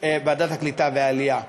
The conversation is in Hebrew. ועדת העלייה והקליטה.